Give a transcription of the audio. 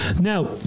now